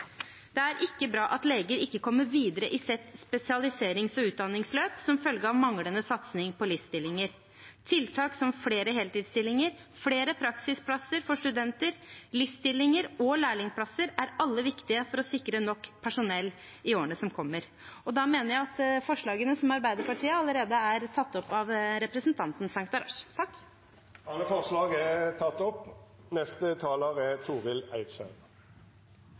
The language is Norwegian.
Det er ikke bra at leger ikke kommer videre i sitt spesialiserings- og utdanningsløp som følge av manglende satsing på LIS-stillinger. Tiltak som flere heltidsstillinger, flere praksisplasser for studenter, LIS-stillinger og lærlingplasser er alle viktige for å sikre nok personell i årene som kommer.